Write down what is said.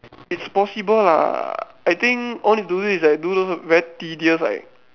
it's possible lah I think all need to do is like do those very tedious like